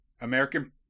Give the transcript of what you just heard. American